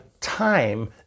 Time